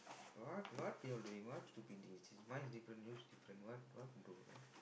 what what you all doing what stupid thing is this mine is different yours different what what do the